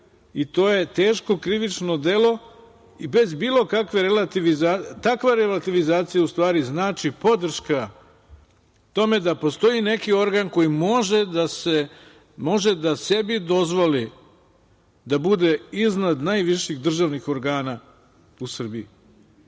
i to je teško krivično delo. Takva relativizacija u stvari znači podrška tome da postoji neki organ koji može da sebi dozvoli da bude iznad najviših državnih organa u Srbiji. To